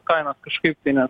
kainas kažkaip tai nes